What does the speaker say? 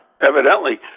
Evidently